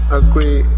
agree